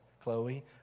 Chloe